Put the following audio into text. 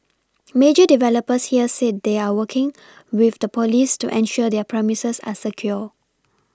major developers here said they are working with the police to ensure their premises are secure